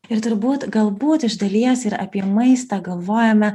ir turbūt galbūt iš dalies ir apie maistą galvojame